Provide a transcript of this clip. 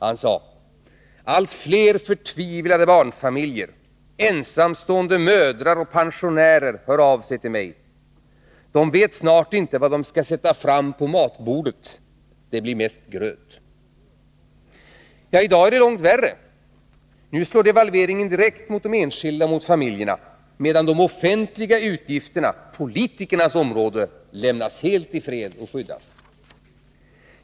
Han sade: ”Allt fler förtvivlade barnfamiljer, ensamstående mödrar och pensionärer hör av sig till mig. De vet snart inte vad de ska sätta fram på matbordet — det blir mest gröt.” I dag är det långt värre. Nu slår devalveringen direkt mot de enskilda och mot familjerna medan de offentliga utgifterna — politikernas område — lämnas helt i fred och skyddas.